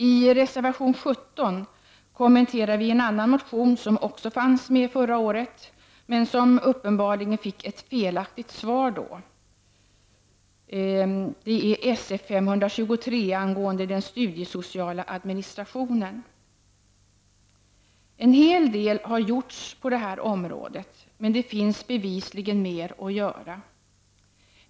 I reservation 17 kommenterar vi en motion som också väcktes förra året men som då uppenbarligen fick ett felaktigt svar. Det är Sf523 angående den studiesociala administrationen. En hel del har gjorts på detta område, men det finns bevisligen mer att göra.